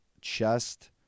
chest